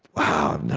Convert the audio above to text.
wow,